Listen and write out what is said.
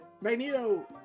magneto